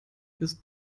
ist